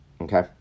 Okay